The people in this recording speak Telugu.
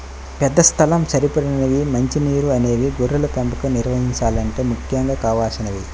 పెద్ద స్థలం, సరిపడినన్ని మంచి నీరు అనేవి గొర్రెల పెంపకం నిర్వహించాలంటే ముఖ్యంగా కావలసినవి